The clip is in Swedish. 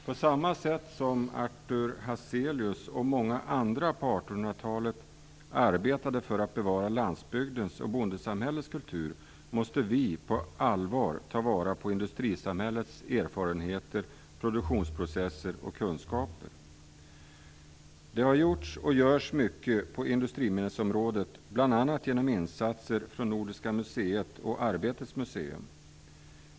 På samma sätt som Artur Hazelius, och många andra på 1800-talet, arbetade för att bevara landsbygdens och bondesamhällets kultur måste vi på allvar ta vara på industrisamhällets erfarenheter, produktionsprocesser och kunskaper. Det har gjorts och det görs mycket på industriminnesområdet, bl.a. genom insatser från Nordiska museet och Arbetets museum.